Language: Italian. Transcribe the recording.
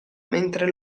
mentre